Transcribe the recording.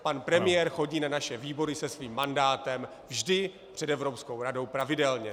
Pan premiér chodí na naše výbory se svým mandátem vždy před Evropskou radou pravidelně.